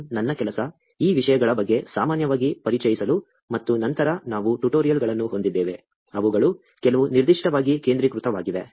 1 ನನ್ನ ಕೆಲಸ ಈ ವಿಷಯಗಳ ಬಗ್ಗೆ ಸಾಮಾನ್ಯವಾಗಿ ಪರಿಚಯಿಸಲು ಮತ್ತು ನಂತರ ನಾವು ಟ್ಯುಟೋರಿಯಲ್ಗಳನ್ನು ಹೊಂದಿದ್ದೇವೆ ಅವುಗಳು ಕೆಲವು ನಿರ್ದಿಷ್ಟವಾಗಿ ಕೇಂದ್ರೀಕೃತವಾಗಿವೆ